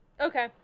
Okay